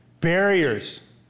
barriers